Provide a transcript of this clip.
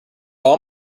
want